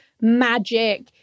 magic